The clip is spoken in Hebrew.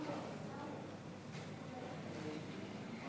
תודה רבה, אדוני היושב-ראש.